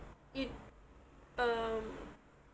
it um